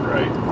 Right